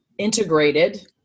integrated